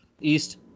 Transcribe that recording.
east